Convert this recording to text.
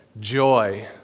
joy